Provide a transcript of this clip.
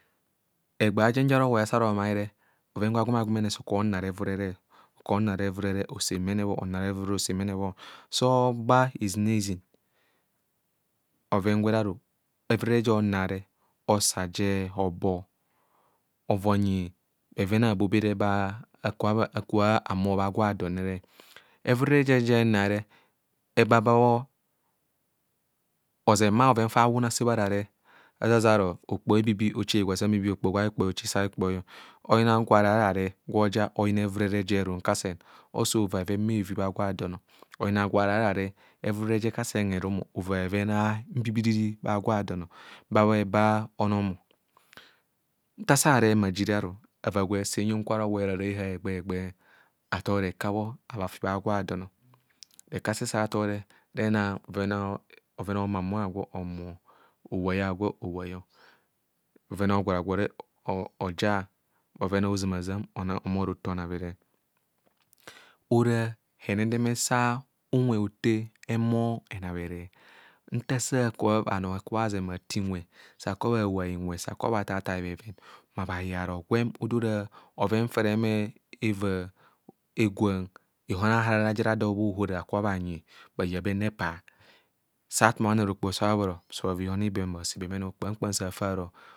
Egbee aajen ja rowoi asa kubho remare oven gwe agwemene so okubho anar evurere, okubho onar evurere ose mene bho. So oba hezinaʒin, oven gwere evurere je onare osaje hobo ova onyi bheven ababa akubho ahumo bha gwa dọn nre. Evurere ja onare ebaba bho oʒeng nha bheven fa awune asebho ara reb azazen aro okpoho a ebibi oche higwa sa ebibi, okpoho gwe okpoi, oche higwa ss ikopoi. Oyina gwa agwo araa ara reb gwe oja oyina evurere ja erum kaseu, osa ova bheven bheevi bha agwo a don. Oyina gwa agwo arara reb evurere je kasen, herum ova bheven a ebibiri bha agwo a don ọ ba bhe baa bha. onom ọ nta asa areb huma ajie aru, ava gwe ase huyana kwa rowoi ara rehạạ egbee oho- egbee, athor reka bho ava afi bha ga dọn ọ, reka s sa athor re benang bhoven a omuamu, omu, owai agwo owai, bhoven a gwore agwore ojaa, bhoven a hoʒam a ʒaam bhohumo roto onabhene. Ora henendeme sa unwe hotee ohumo onabhene. Nta asa bhano bhakubhe bhate unwe sa bhakubhe bhabhoa inwe sa bhakubho bhathai thai bhoven bha yeng bhato gwem odora bhoven fa era humo evaa egwan ihon aharara a bha aya ihon a nepa, sa akoma bha nar okpohi sa bha bhori sa bhava ihon ibe a humo bhasebemene bho. Kpam kpam se efa ero.